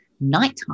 nighttime